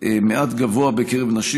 מעט גבוה בקרב נשים,